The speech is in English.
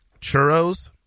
churros